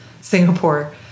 Singapore